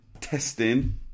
testing